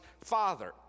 Father